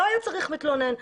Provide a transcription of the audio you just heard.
לא היה צריך מתלונן.